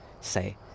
say